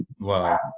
Wow